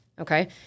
Okay